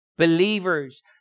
Believers